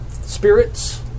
Spirits